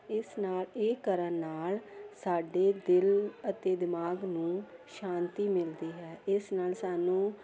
ਇਸ ਨਾਲ ਇਹ ਕਰਨ ਨਾਲ ਸਾਡੇ ਦਿਲ ਅਤੇ ਦਿਮਾਗ ਨੂੰ ਸ਼ਾਂਤੀ ਮਿਲਦੀ ਹੈ ਇਸ ਨਾਲ ਸਾਨੂੰ